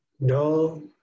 no